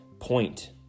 point